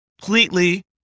completely